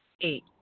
Eight